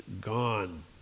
gone